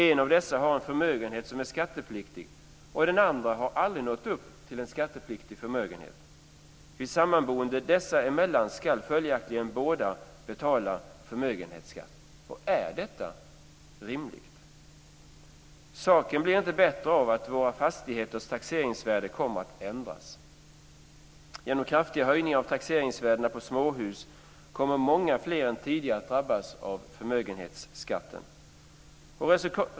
En av dessa har en förmögenhet som är skattepliktig, och den andra har aldrig nått upp till en skattepliktig förmögenhet. Vid sammanboende dessa emellan ska följaktligen båda betala förmögenhetsskatt. Är detta rimligt? Saken blir inte bättre av att våra fastigheters taxeringsvärde kommer att ändras. Genom kraftiga höjningar av taxeringsvärdena på småhus kommer många fler än tidigare att drabbas av förmögenhetsskatten.